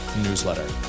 newsletter